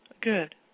Good